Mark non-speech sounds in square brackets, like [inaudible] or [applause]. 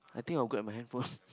I think I'll grab my handphone [laughs]